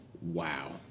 Wow